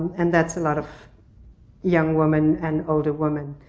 and that's a lot of young women and older women.